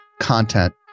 content